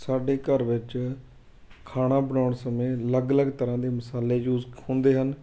ਸਾਡੇ ਘਰ ਵਿੱਚ ਖਾਣਾ ਬਣਾਉਣ ਸਮੇਂ ਅਲੱਗ ਅਲੱਗ ਤਰ੍ਹਾਂ ਦੇ ਮਸਾਲੇ ਯੂਜ਼ ਹੁੰਦੇ ਹਨ